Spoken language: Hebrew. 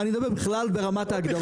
אני מדבר בכלל ברמת ההגדרות.